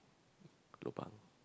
lobang